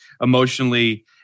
emotionally